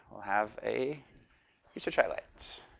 we'll have a research highlights.